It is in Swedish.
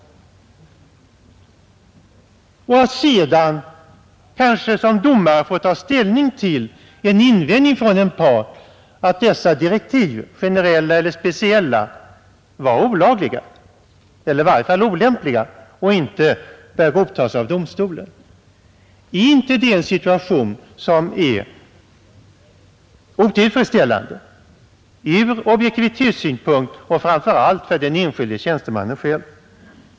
Den tjänsteman som gjort detta eller i varje fall en kollega till honom inom länsstyrelsen kan senare som domare få ta ställning till en invändning från en part att utfärdade direktiv, generella eller speciella, är olagliga eller i varje fall olämpliga och inte bör godtas av domstolen. Är inte det en situation som är otillfredsställande ur objektivitetssynpunkt och framför allt för den enskilde tjänstemannen själv?